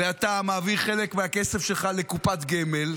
אתה מעביר חלק מהכסף שלך לקופת גמל,